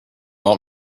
want